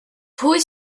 pwy